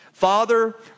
Father